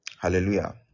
hallelujah